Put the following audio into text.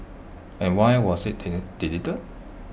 and why was IT deleted